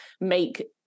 make